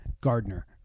Gardner